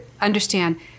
understand